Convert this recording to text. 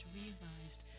realized